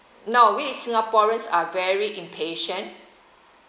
no we singaporeans are very impatient